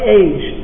age